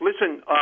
Listen